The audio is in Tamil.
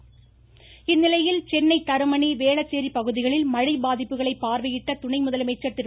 பன்னீர்செல்வம் சென்னை தரமணி வேளச்சேரி பகுதிகளில் மழை பாதிப்புகளை பார்வையிட்ட துணை முதலமைச்சர் திரு